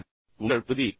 எனவே உங்கள் பகுதி என்ன